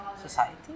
society